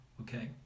Okay